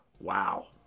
Wow